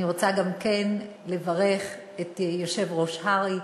גם אני רוצה לברך את יושב-ראש הר"י